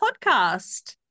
podcast